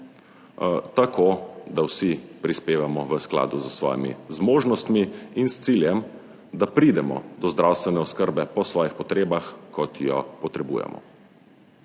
tako da vsi prispevamo v skladu s svojimi zmožnostmi in s ciljem, da pridemo do zdravstvene oskrbe po svojih potrebah, kot jo potrebujemo.